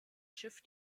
schiff